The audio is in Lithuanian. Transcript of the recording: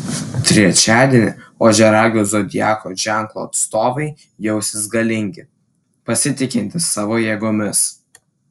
trečiadienį ožiaragio zodiako ženklo atstovai jausis galingi pasitikintys savo jėgomis